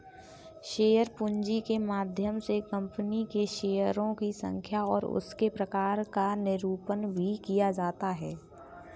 share पूंजी के माध्यम से कंपनी के शेयरों की संख्या और उसके प्रकार का निरूपण भी किया जाता है